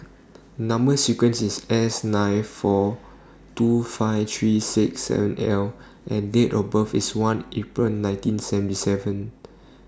Number sequence IS S nine four two five three six seven L and Date of birth IS one April nineteen seventy seven